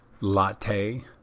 Latte